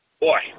boy